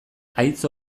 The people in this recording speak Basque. haitz